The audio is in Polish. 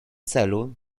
celu